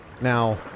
Now